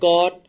God